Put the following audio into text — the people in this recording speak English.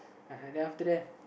uh then after that